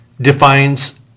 defines